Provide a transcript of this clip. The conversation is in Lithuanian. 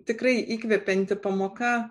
tikrai įkvepianti pamoka